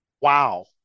wow